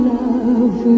love